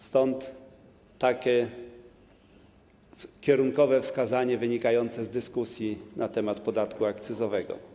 Stąd takie kierunkowe wskazanie wynikające z dyskusji na temat podatku akcyzowego.